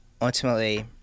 ultimately